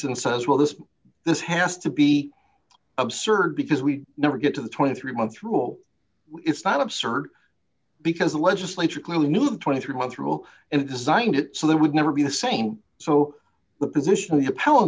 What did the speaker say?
and says well this this has to be absurd because we never get to the twenty three month rule it's not absurd because the legislature clearly knew the twenty three month rule and designed it so there would never be the same so the position of